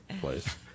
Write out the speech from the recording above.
place